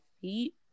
feet